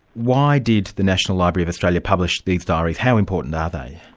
why did the national library of australia publish these diaries? how important are they?